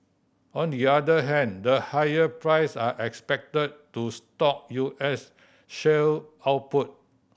on the other hand the higher price are expected to stoke U S shale output